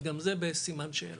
וגם זה בסימן שאלה.